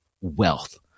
wealth